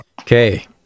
Okay